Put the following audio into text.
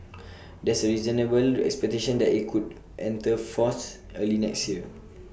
there's A reasonable expectation that IT could enter force early next year